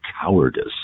cowardice